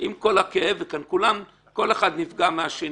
עם כל הכאב, וכאן כולם, כל אחד נפגע מהשני.